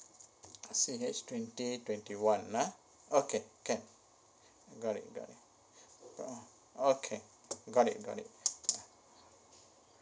so it's twenty twenty one ah okay can got it got it okay got it got it